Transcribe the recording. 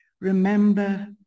Remember